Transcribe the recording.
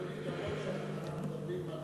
אומנם אנחנו מדברים על